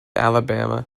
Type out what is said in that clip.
alabama